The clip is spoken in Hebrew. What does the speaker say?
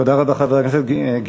תודה רבה, חבר הכנסת גילאון.